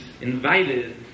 invited